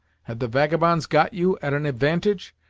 have the vagabonds got you at an advantage,